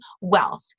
wealth